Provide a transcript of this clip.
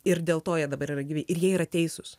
ir dėl to jie dabar yra gyvi ir jie yra teisūs